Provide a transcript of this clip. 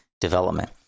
development